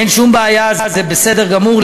אין שום בעיה, זה בסדר גמור.